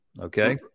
okay